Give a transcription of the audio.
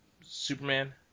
Superman